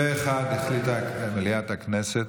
פה אחד החליטה מליאת הכנסת,